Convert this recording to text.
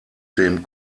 dem